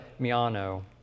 Miano